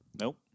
Nope